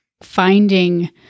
finding